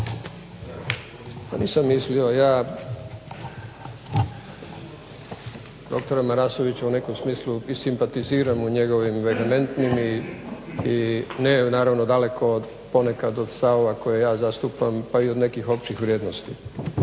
Pa nisam mislio, ja dr. Marasovića u nekom smislu i simpatiziram u njegovim vehementnim i ne naravno ponekad od stavova koje ja zastupam pa i od nekih općih vrijednosti.